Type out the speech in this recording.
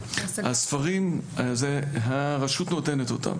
את הספרים לכיתות י"א-י"ב, הרשות נותנת את הספרים.